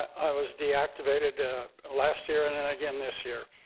i was deactivated last year, and and again this year.